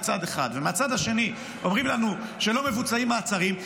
ומהצד השני אומרים לנו שלא מבוצעים מעצרים,